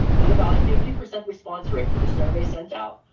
with about a fifty percent response rate to the survey sent out,